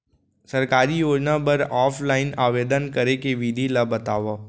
सरकारी योजना बर ऑफलाइन आवेदन करे के विधि ला बतावव